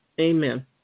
Amen